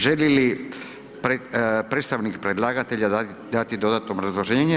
Želi li predstavnik predlagatelja dati dodatno obrazloženje?